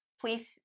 please